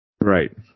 Right